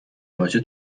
پاچه